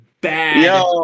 bad